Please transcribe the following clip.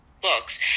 books